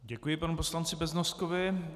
Děkuji panu poslanci Beznoskovi.